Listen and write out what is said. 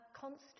constant